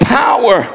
power